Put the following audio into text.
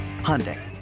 Hyundai